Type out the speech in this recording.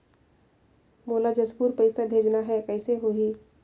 मोला जशपुर पइसा भेजना हैं, कइसे होही?